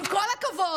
עם כל הכבוד,